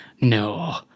no